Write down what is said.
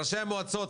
ראשי המועצות,